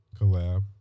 collab